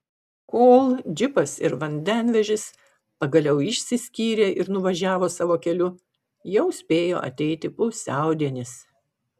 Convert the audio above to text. kol džipas ir vandenvežis pagaliau išsiskyrė ir nuvažiavo savo keliu jau spėjo ateiti pusiaudienis